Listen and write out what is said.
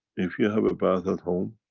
if you have a bath at home,